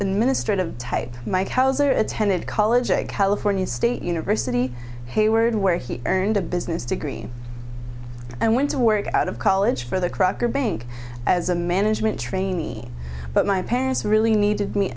the ministry of type mike hauser attended college at california state university hayward where he earned a business degree and went to work out of college for the crocker bank as a management trainee but my parents really needed me